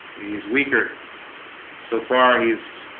he's weaker so far. and he's